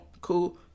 cool